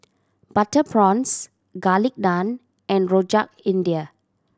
butter prawns Garlic Naan and Rojak India